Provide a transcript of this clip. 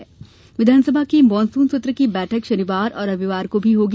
सत्र बैठक विधानसभा के मॉनसुन सत्र की बैठक शनिवार और रविवार को भी होगी